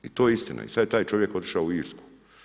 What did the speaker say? I to je istina i sad je taj čovjek otišao u Irsku.